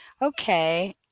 Okay